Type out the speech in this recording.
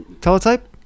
Teletype